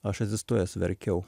aš atsistojęs verkiau